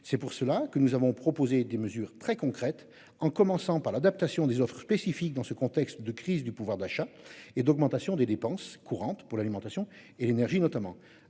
C'est pour cela que nous avons proposé des mesures très concrètes en commençant par l'adaptation des offres spécifiques dans ce contexte de crise du pouvoir d'achat et d'augmentation des dépenses courantes pour l'alimentation et l'énergie notamment